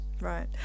Right